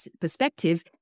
perspective